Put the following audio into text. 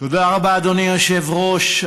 תודה רבה, אדוני היושב-ראש.